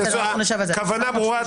הכוונה ברורה.